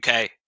UK